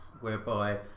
whereby